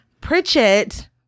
Pritchett